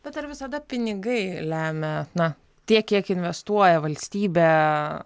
bet ar visada pinigai lemia na tiek kiek investuoja valstybė